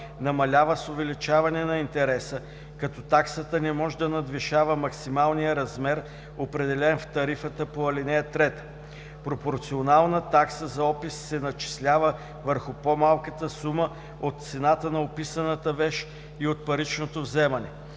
намалява с увеличаване на интереса, като таксата не може да надвишава максималния размер, определен в тарифата по ал. 3. Пропорционална такса за опис се начислява върху по-малката сума от цената на описаната вещ и от паричното вземане.